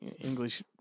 English